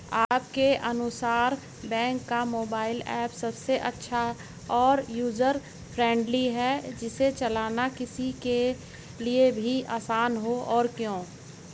आपके अनुसार कौन से बैंक का मोबाइल ऐप सबसे अच्छा और यूजर फ्रेंडली है जिसे चलाना किसी के लिए भी आसान हो और क्यों?